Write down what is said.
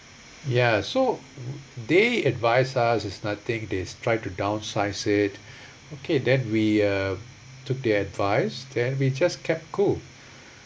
ya so they advise us it's nothing they tried to downsize it okay then we uh took the advice then we just kept cool